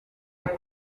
are